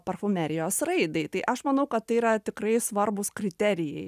parfumerijos raidai tai aš manau kad tai yra tikrai svarbūs kriterijai